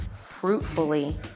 fruitfully